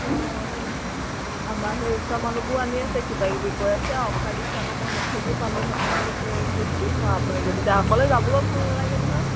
সেই আমাৰ সেই ওচৰ মানুহবোৰো আনি আছে কিবাকিবি কৈ আছে অ'ফাৰ দিছে আকৌ মই মেছেজো পালোঁ তাৰ পৰা বোলো সেয়ে বোলো সুধি চাওঁ আপুনি যদি যায় অকলে যাবলৈও ভাল নালাগে নহয়